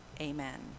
Amen